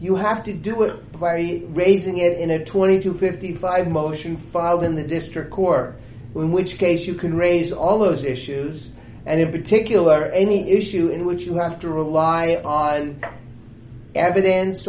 you have to do it by raising it in a twenty to fifty five motion filed in the district court in which case you could raise all those issues and in particular any issue in which you have to rely on evidence